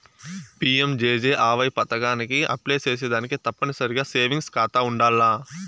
PMJJAY పదకానికి apply సేసేదానికి తప్పనిసరిగా సేవింగ్స్ కాతా ఉండాల్ల